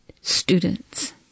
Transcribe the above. students